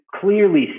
clearly